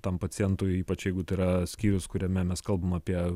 tam pacientui ypač jeigu tai yra skyrius kuriame mes kalbam apie